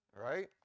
Right